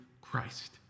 Christ